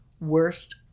worst